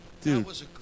Dude